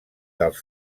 dels